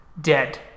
dead